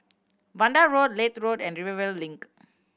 Vanda Road Leith Road and Rivervale Link